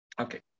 Okay